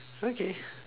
okay